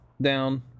down